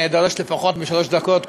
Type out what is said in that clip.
אני אדבר פחות משלוש דקות,